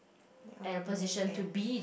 on the winning end